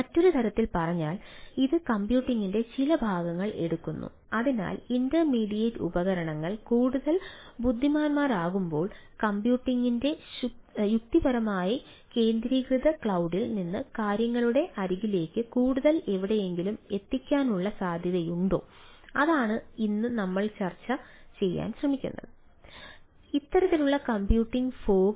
മറ്റൊരു തരത്തിൽ പറഞ്ഞാൽ ഇത് കമ്പ്യൂട്ടിംഗിന്റെ ആണ്